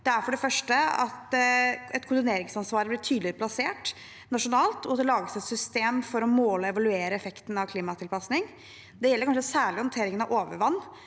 Det er for det første at koordineringsansvaret blir tydeligere plassert nasjonalt, og at det lages et system for å måle og evaluere effekten av klimatilpasning. Det gjelder kanskje særlig håndteringen av overvann.